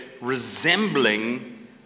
resembling